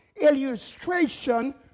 illustration